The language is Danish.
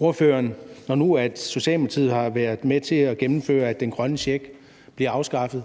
ordføreren, når nu Socialdemokratiet har været med til at gennemføre, at den grønne check bliver afskaffet